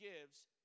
gives